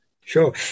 Sure